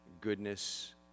goodness